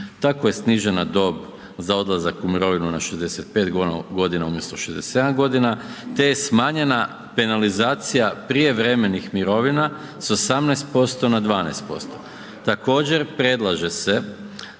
Tako je snižena dob za odlazak u mirovinu na 65 godina umjesto 67 godina te je smanjena penalizacija prijevremenih mirovina s 18% na 12%. Također predlaže se